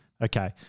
okay